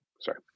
Sorry